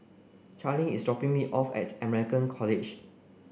Charleen is dropping me off at American College